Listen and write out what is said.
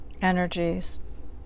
energies